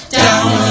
down